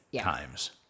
times